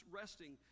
resting